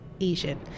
Asian